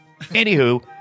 Anywho